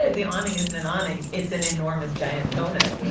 the awning isn't an awning. it's an enormous giant doughnut